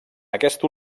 aquesta